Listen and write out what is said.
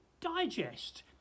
digest